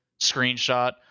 Screenshot